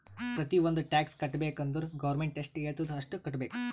ಪ್ರತಿ ಒಂದ್ ಟ್ಯಾಕ್ಸ್ ಕಟ್ಟಬೇಕ್ ಅಂದುರ್ ಗೌರ್ಮೆಂಟ್ ಎಷ್ಟ ಹೆಳ್ತುದ್ ಅಷ್ಟು ಕಟ್ಟಬೇಕ್